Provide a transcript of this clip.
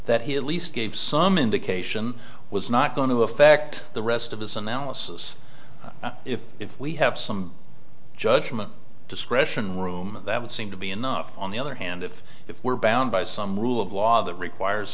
that he at least gave some indication was not going to affect the rest of his analysis if if we have some judgment discretion room that would seem to be enough on the other hand if if we're bound by some rule of law that requires